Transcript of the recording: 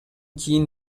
кийин